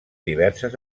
diverses